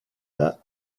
that